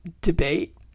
debate